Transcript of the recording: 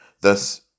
Thus